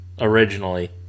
originally